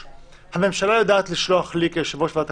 וככה נעשה גם עד היום.